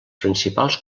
principals